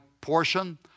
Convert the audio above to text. portion